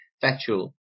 factual